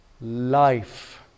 life